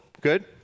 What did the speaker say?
Good